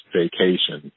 vacation